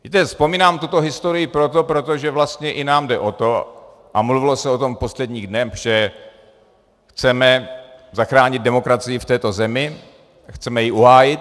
Víte, vzpomínám tuto historii proto, protože vlastně i nám jde o to, a mluvilo se o tom v posledních dnech, že chceme zachránit demokracii v této zemi, chceme ji uhájit.